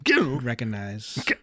recognize